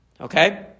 Okay